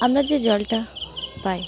আমরা যে জলটা পাই